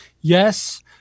Yes